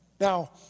Now